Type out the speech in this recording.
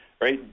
right